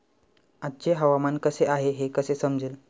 आजचे हवामान कसे आहे हे कसे समजेल?